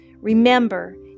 Remember